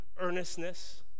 earnestness